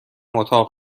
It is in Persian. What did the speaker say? اتاق